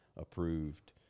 Approved